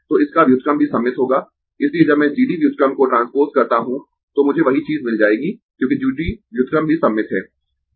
तो इसका व्युत्क्रम भी सममित होगा इसलिए जब मैं G D व्युत्क्रम को ट्रांसपोज करता हूं तो मुझे वही चीज मिल जाएगी क्योंकि G D व्युत्क्रम भी सममित है